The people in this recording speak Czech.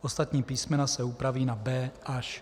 Ostatní písmena se upraví na b) až f).